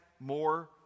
more